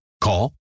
Call